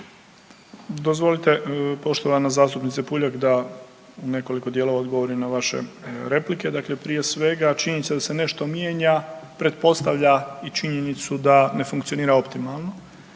Dozvolite poštovana zastupnice Puljak da u nekoliko dijelova odgovorim na vaše replike. Dakle, prije svega činjenica da se nešto mijenja pretpostavlja i činjenicu da ne funkcionira optimalno.